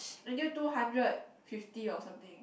until two hundred fifty or something